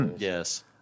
Yes